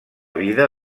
vida